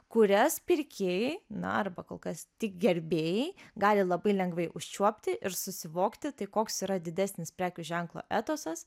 kurias pirkėjai na arba kol kas tik gerbėjai gali labai lengvai užčiuopti ir susivokti tai koks yra didesnis prekių ženklo etosas